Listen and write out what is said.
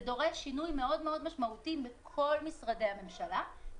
זה דורש שינוי מאוד משמעותי מכל משרדי הממשלה,